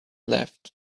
left